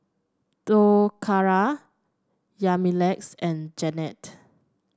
Toccara Yamilex and Jennette